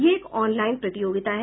यह एक आनलाइन प्रतियोगिता है